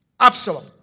Absalom